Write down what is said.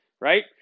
right